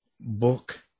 book –